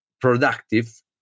productive